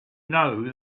know